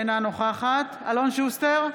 אינה נוכחת אלון שוסטר,